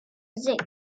zec